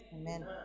Amen